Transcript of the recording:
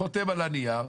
חותם על הנייר.